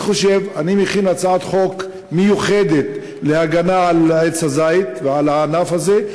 אני מכין הצעת חוק מיוחדת להגנה על עץ הזית ועל הענף הזה.